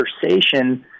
conversation